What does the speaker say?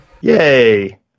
Yay